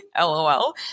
LOL